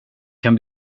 kan